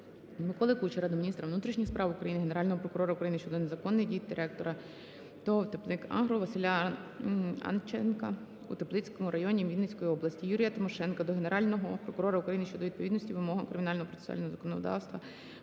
Миколи Кучера до міністра внутрішніх справ України, Генерального прокурора України щодо незаконних дій директора ТОВ "Теплик-Агро" Василя Анченка у Теплицькому районі Вінницької області. Юрія Тимошенка до Генерального прокурора України щодо відповідності вимогам кримінального процесуального законодавства